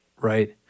Right